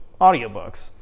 audiobooks